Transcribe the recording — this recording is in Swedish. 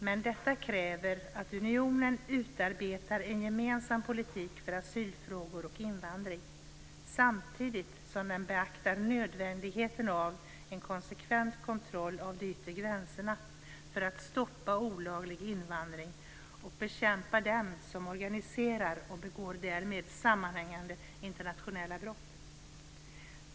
Men detta kräver att unionen utarbetar en gemensam politik för asylfrågor och invandring, samtidigt som den beaktar nödvändigheten av en konsekvent kontroll av de yttre gränserna för att stoppa olaglig invandring och bekämpa dem som organiserar och begår därmed sammanhängande internationella brott.